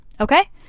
Okay